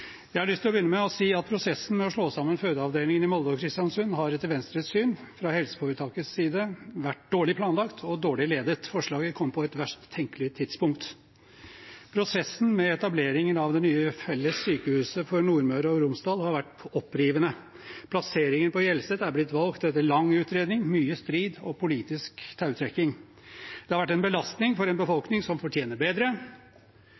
Jeg har lyst til å begynne med å si at prosessen med å slå sammen fødeavdelingene i Molde og Kristiansund har, etter Venstres syn, fra helseforetakets side vært dårlig planlagt og dårlig ledet. Forslaget kom på et verst tenkelig tidspunkt. Prosessen med etableringen av det nye felles sykehuset for Nordmøre og Romsdal har vært opprivende. Plasseringen på Hjelset er blitt valgt etter lang utredning, mye strid og politisk tautrekking. Det har vært en belastning for en